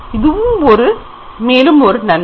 இது மேலும் ஒரு நன்மை